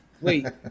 Wait